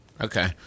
Okay